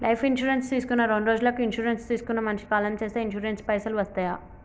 Life insurance తీసుకున్న రెండ్రోజులకి insurance తీసుకున్న మనిషి కాలం చేస్తే ఇన్సూరెన్స్ పైసల్ వస్తయా?